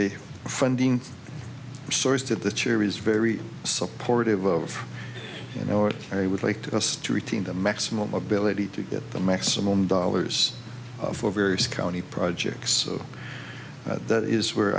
a funding source that the chair is very supportive of you know what i would like to us to retain the maximum ability to get the maximum dollars for various county projects that is where